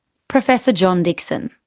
professor john dixon.